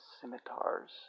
scimitars